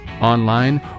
online